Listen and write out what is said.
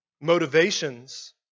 Motivations